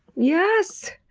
yes!